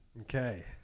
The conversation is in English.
Okay